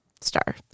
star